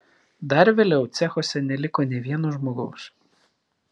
dar vėliau cechuose neliko nė vieno žmogaus